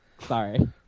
Sorry